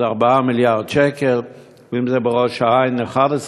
אז זה 4 מיליארד שקל, ואם בראש-העין זה 11,000,